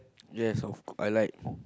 yes of course I like